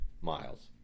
miles